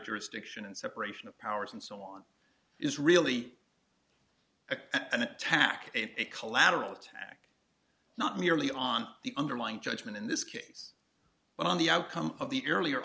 jurisdiction and separation of powers and so on is really an attack it collateral attack not merely on the underlying judgement in this case but on the outcome of the earlier